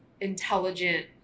intelligent